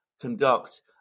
conduct